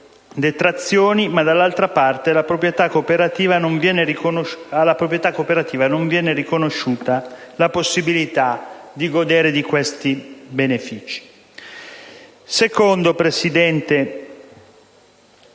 detrazioni, ma, dall'altra parte, alla proprietà cooperativa non viene riconosciuta la possibilità di godere di questi benefici.